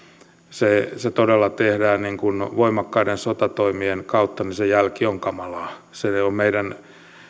se se todella tehdään voimakkaiden sotatoimien kautta niin se jälki on kamalaa se meidän on